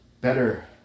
Better